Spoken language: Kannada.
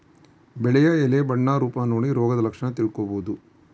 ಬೆಳೆಯ ಎಲೆ ಬಣ್ಣ ರೂಪ ನೋಡಿ ರೋಗದ ಲಕ್ಷಣ ತಿಳ್ಕೋಬೋದು